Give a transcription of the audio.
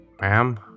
Ma'am